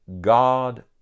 God